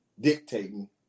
dictating